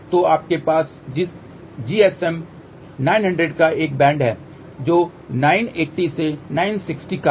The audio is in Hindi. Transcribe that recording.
तो हमारे पास GSM 900 का एक बैंड है जो 890 से 960 का है